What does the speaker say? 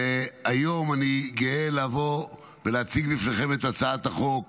והיום אני גאה לבוא ולהציג בפניכם את הצעת החוק